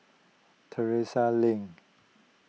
Terrasse Lane